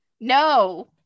No